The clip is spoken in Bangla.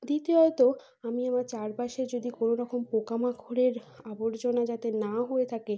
দ্বিতীয়ত আমি আমার চারপাশে যদি কোনো রকম পোকামাকড়ের আবর্জনা যাতে না হয়ে থাকে